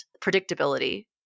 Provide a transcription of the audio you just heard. predictability